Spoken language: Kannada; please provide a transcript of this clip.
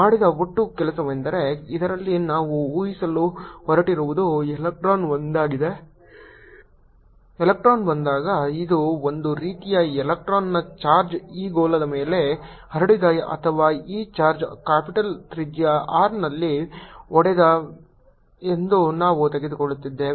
ಮಾಡಿದ ಒಟ್ಟು ಕೆಲಸವೆಂದರೆ ಇದರಲ್ಲಿ ನಾವು ಊಹಿಸಲು ಹೊರಟಿರುವುದು ಎಲೆಕ್ಟ್ರಾನ್ ಬಂದಾಗ ಇದು ಒಂದು ರೀತಿಯ ಎಲೆಕ್ಟ್ರಾನ್ನ ಚಾರ್ಜ್ ಈ ಗೋಳದ ಮೇಲೆ ಹರಡಿದೆ ಅಥವಾ ಈ ಚಾರ್ಜ್ ಕ್ಯಾಪಿಟಲ್ ತ್ರಿಜ್ಯ R ನಲ್ಲಿ ಹರಡಿದೆ ಎಂದು ನಾವು ತೆಗೆದುಕೊಳ್ಳಲಿದ್ದೇವೆ